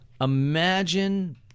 Imagine